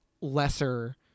lesser